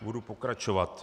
Budu pokračovat.